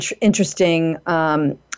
interesting